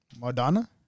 Madonna